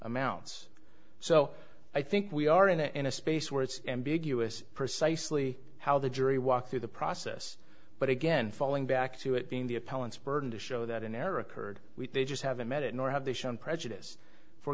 amounts so i think we are in a space where it's ambiguous precisely how the jury walks through the process but again falling back to it being the appellant's burden to show that an error occurred they just haven't met it nor have they shown prejudice for